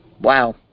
wow